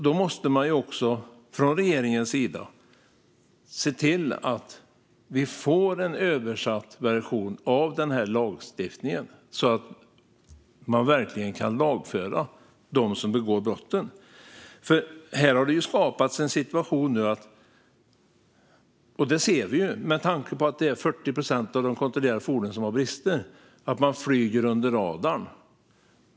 Då måste man också från regeringens sida se till att vi får en översatt version av lagstiftningen, så att man kan lagföra dem som begår brott. Nu ser vi att det är 40 procent av de kontrollerade fordonen som har brister. Då är det många som flyger under radarn.